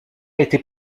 était